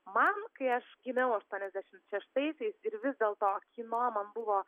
man kai aš gimiau aštuoniasdešimt šeštaisiais ir vis dėlto kino man buvo